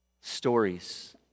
stories